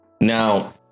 Now